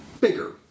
bigger